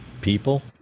people